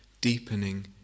Deepening